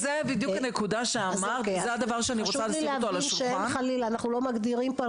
אנחנו לא מגדירים פה.